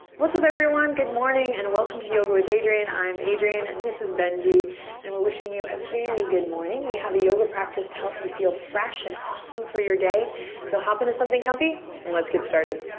what's up, everyone? good morning and welcome to yoga with adriene. i'm adriene and this is benji and we're wishing you a very good morning. we have a yoga practice to help you feel fresh and awesome for your day so hop into something comfy and let's get started.